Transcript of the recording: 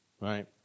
right